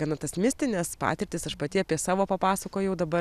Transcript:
gana tas mistines patirtis aš pati apie savo papasakojau dabar